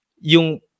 yung